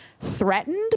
threatened